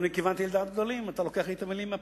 כיוונתי לדעת גדולים, אתה לוקח לי את המלים מהפה.